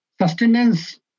sustenance